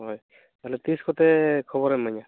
ᱦᱳᱭ ᱛᱟᱦᱚᱞᱮ ᱛᱤᱥ ᱠᱚᱛᱮ ᱠᱷᱚᱵᱚᱨᱮᱢ ᱮᱢᱟᱹᱧᱟ